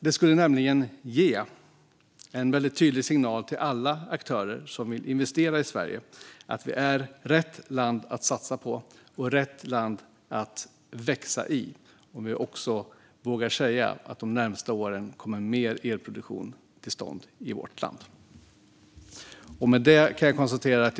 Det skulle nämligen ge en tydlig signal till alla aktörer som vill investera i Sverige att vi är rätt land att satsa på och rätt land att växa i, om vi också vågar säga att det de närmaste åren kommer mer elproduktion till stånd i vårt land.